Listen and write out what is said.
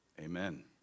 Amen